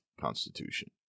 Constitution